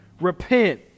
repent